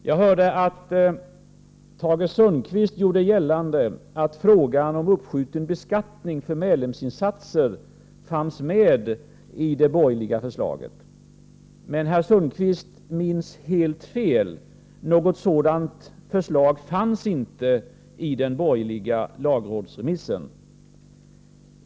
Jag hörde att Tage Sundkvist gjorde gällande att frågan om uppskjuten beskattning för medlemsinsatser fanns med i det borgerliga förslaget. Men herr Sundkvist minns helt fel — något sådant förslag fanns inte i den borgerliga lagrådsremissen.